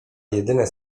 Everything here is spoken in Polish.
jedyne